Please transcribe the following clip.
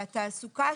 תעסוקה,